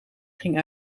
ging